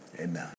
Amen